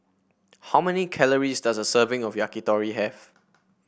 how many calories does a serving of Yakitori have